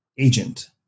agent